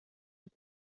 het